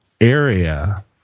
area